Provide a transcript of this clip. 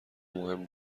مهم